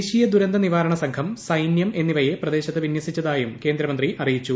ദേശീയ ദുരന്ത നിവാരണ സംഘം സൈന്യം എന്നിവയെ പ്രദേശത്ത് വിന്യസിച്ചതായും കേന്ദ്രമന്ത്രി അറിയിച്ചു